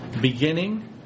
beginning